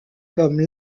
comme